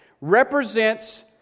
represents